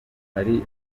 hari